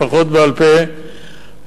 לפחות בעל-פה,